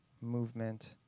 movement